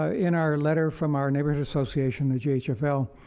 ah in our letter from our neighborhood association the jhfl,